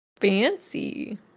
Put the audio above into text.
Fancy